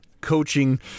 coaching